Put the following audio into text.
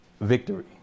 victory